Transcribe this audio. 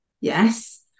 yes